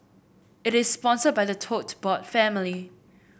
it is sponsored by the Tote Board family